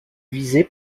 visée